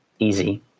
easy